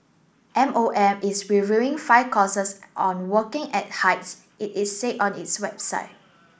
M O M is reviewing five courses on working at heights it is said on its website